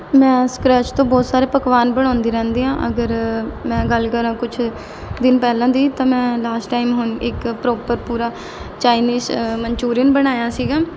ਮੈਂ ਸਕਰੈਚ ਤੋਂ ਬਹੁਤ ਸਾਰੇ ਪਕਵਾਨ ਬਣਾਉਂਦੀ ਰਹਿੰਦੀ ਹਾਂ ਅਗਰ ਮੈਂ ਗੱਲ ਕਰਾਂ ਕੁਝ ਦਿਨ ਪਹਿਲਾਂ ਦੀ ਤਾਂ ਮੈਂ ਲਾਸਟ ਟਾਈਮ ਹੁਣ ਇੱਕ ਪ੍ਰੋਪਰ ਪੂਰਾ ਚਾਈਨੀਸ ਮਨਚੂਰੀਅਨ ਬਣਾਇਆ ਸੀਗਾ